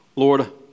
Lord